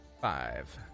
Five